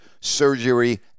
surgery